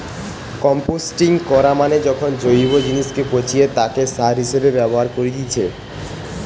composting করা মানে যখন জৈব জিনিসকে পচিয়ে তাকে সার হিসেবে ব্যবহার করেতিছে